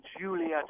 Juliet